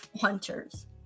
hunters